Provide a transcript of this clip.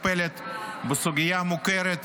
מטפלת בסוגיה מוכרת,